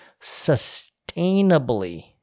sustainably